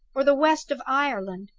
or the west of ireland,